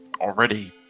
already